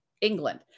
England